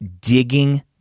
digging